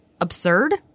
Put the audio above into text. absurd